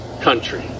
country